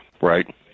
right